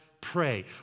pray